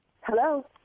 Hello